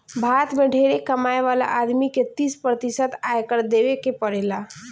भारत में ढेरे कमाए वाला आदमी के तीस प्रतिशत आयकर देवे के पड़ेला